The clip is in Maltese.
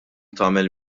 tagħmel